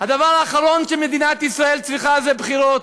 הדבר האחרון שמדינת ישראל צריכה זה בחירות.